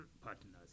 partners